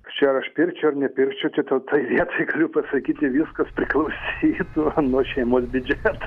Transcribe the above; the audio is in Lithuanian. čia ar aš pirkčiau ar nepirkčiau čia tai toj vietoj galiu pasakyti viskas priklausytų nuo šeimos biudžeto